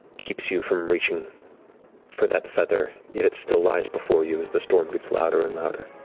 keeps you from reaching for that feather, yet it still lies before you as the storm gets louder and louder.